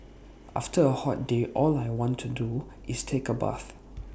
after A hot day all I want to do is take A bath